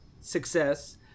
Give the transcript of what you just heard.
success